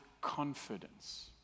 confidence